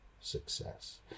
success